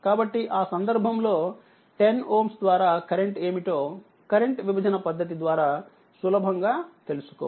కాబట్టి ఆ సందర్భంలో10Ω ద్వారా కరెంట్ ఏమిటో కరెంట్ విభజన పద్ధతి ద్వారా సులభంగా తెలుసుకోవచ్చు